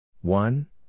one